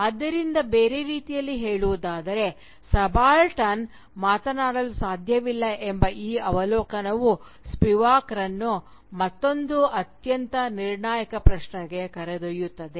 ಆದ್ದರಿಂದ ಬೇರೆ ರೀತಿಯಲ್ಲಿ ಹೇಳುವುದಾದರೆ ಸಬಾಲ್ಟರ್ನ್ ಮಾತನಾಡಲು ಸಾಧ್ಯವಿಲ್ಲ ಎಂಬ ಈ ಅವಲೋಕನವು ಸ್ಪಿವಾಕ್ರನ್ನು ಮತ್ತೊಂದು ಅತ್ಯಂತ ನಿರ್ಣಾಯಕ ಪ್ರಶ್ನೆಗೆ ಕರೆದೊಯ್ಯುತ್ತದೆ